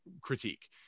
critique